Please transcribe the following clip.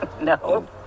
No